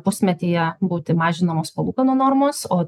pusmetyje būti mažinamos palūkanų normos o